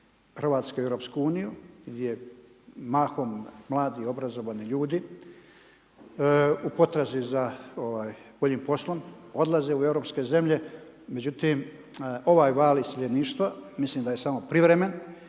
Hrvatske u Europsku uniju gdje mahom mladi, obrazovani ljudi u potrazi za boljim poslom odlaze u europske zemlje. Međutim, ovaj val iseljeništva mislim da je samo privremen